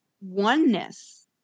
oneness